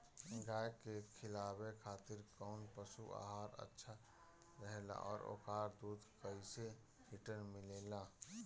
गाय के खिलावे खातिर काउन पशु आहार अच्छा रहेला और ओकर दुध कइसे लीटर मिलेला?